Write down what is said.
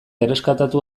erreskatatu